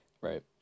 right